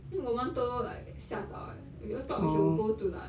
ya 我们都 like 吓到 eh we all thought we should go to like